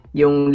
yung